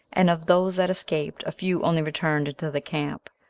and of those that escaped, a few only returned into the camp.